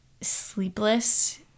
sleepless